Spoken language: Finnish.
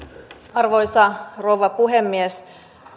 arvoisa rouva puhemies